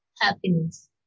happiness